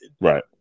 Right